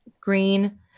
green